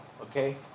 okay